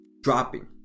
dropping